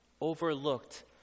overlooked